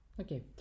okay